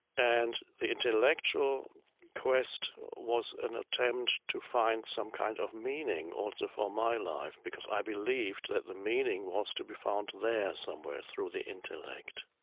and the intellectual quest was an attempt to find some kind of meaning also for my life because i believed that the meaning was to be found there somewhere through the intellect.